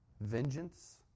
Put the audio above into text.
vengeance